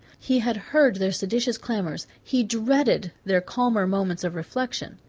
he had heard their seditious clamors he dreaded their calmer moments of reflection.